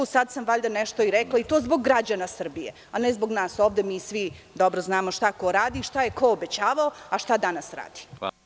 Sada sam valjda nešto i rekla, i to zbog građana Srbije, a ne zbog nas ovde, mi svi dobro znamo šta ko radi i šta je ko obećavao, a šta danas radi.